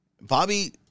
Bobby